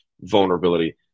Vulnerability